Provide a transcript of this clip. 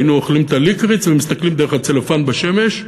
היינו אוכלים את הליקריץ ומסתכלים דרך הצלופן בשמש.